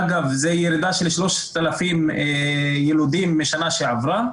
אגב, זו ירידה של 3,000 ילודים משנה שעברה.